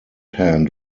hand